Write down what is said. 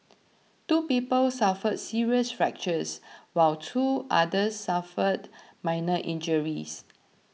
two people suffered serious fractures while two others suffered minor injuries